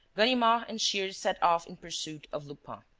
ganimard and shears set off in pursuit of lupin.